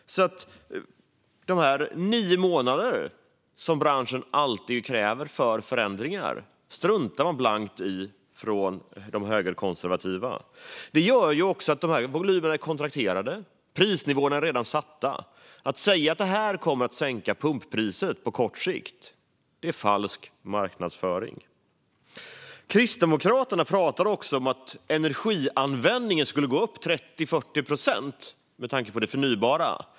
De nio månader som branschen alltid kräver för förändringar struntar de högerkonservativa blankt i. De här nivåerna är kontrakterade, och prisnivåerna är redan satta. Att säga att det här kommer att sänka pumppriset på kort sikt är falsk marknadsföring. Kristdemokraterna pratar om att energianvändningen skulle gå upp med 30-40 procent till följd av det förnybara.